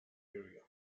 area